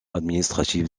administrative